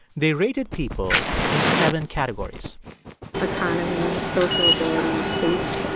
they rated people in seven categories autonomy, social ability, pace,